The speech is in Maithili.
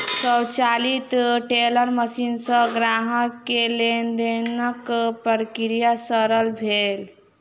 स्वचालित टेलर मशीन सॅ ग्राहक के लेन देनक प्रक्रिया सरल भेल